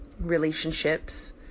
relationships